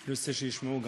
אני רוצה שישמעו גם,